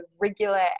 regular